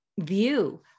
view